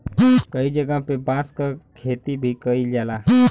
कई जगह पे बांस क खेती भी कईल जाला